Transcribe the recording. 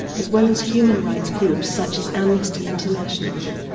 as well as human rights groups such as amnesty international